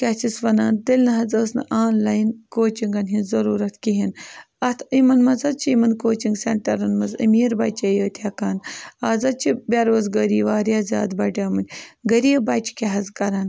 کیٛاہ چھِس وَنان تیٚلہِ نہ حظ ٲس نہٕ آنلاین کوچِنٛگَن ہِنٛز ضوٚروٗرَت کِہیٖنۍ اَتھ یِمَن منٛز حظ چھِ یِمَن کوچِنٛگ سٮ۪نٹَرَن منٛز أمیٖر بَچے یٲتۍ ہٮ۪کان آز حظ چھِ بے روزگٲری واریاہ زیادٕ بَڑیمٕتۍ غریٖب بَچہٕ کیٛاہ حظ کَران